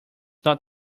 not